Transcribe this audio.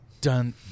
Done